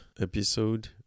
episode